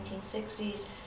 1960s